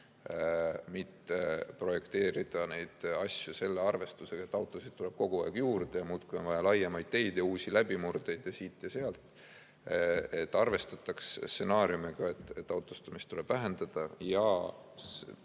mitte ei projekteeritaks neid asju selle arvestusega, et autosid tuleb kogu aeg juurde ja muudkui on vaja laiemaid teid ja uusi läbimurdeid siit ja sealt. Et arvestataks stsenaariumiga, et autostumist tuleb vähendada ja